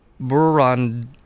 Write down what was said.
Buran